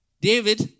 David